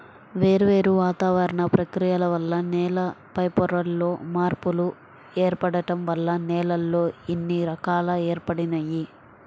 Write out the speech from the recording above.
వేర్వేరు వాతావరణ ప్రక్రియల వల్ల నేల పైపొరల్లో మార్పులు ఏర్పడటం వల్ల నేలల్లో ఇన్ని రకాలు ఏర్పడినియ్యి